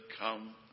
come